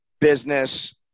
business